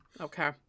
okay